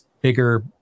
bigger